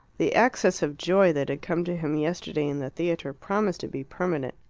the access of joy that had come to him yesterday in the theatre promised to be permanent.